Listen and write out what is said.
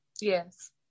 Yes